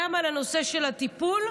גם בנושא של הטיפול,